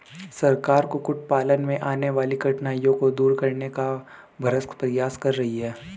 सरकार कुक्कुट पालन में आने वाली कठिनाइयों को दूर करने का भरसक प्रयास कर रही है